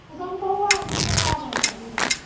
गमकौआ गमकौआ धान चाही हमरा